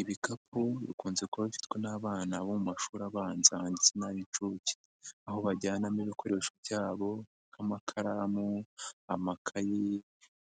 Ibikapu bikunze kuba bifitwe n'abana bo mu mashuri abanza ndetse n'ay'inshuke aho bajyanamo ibikoresho byabo nk'amakaramu amakayi